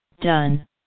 Done